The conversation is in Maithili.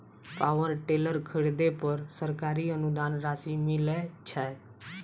पावर टेलर खरीदे पर सरकारी अनुदान राशि मिलय छैय?